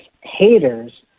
haters